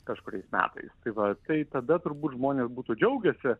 kažkuriais metais tai va tai tada turbūt žmonių būtų džiaugęsi